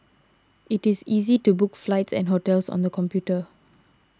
it is easy to book flights and hotels on the computer